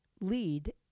lead